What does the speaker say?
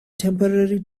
temporary